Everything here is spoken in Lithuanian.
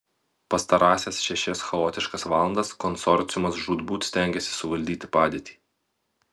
pastarąsias šešias chaotiškas valandas konsorciumas žūtbūt stengėsi suvaldyti padėtį